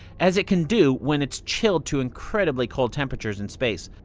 as it can do when it's chilled to incredibly cold temperatures in space.